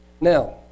Now